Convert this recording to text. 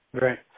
Right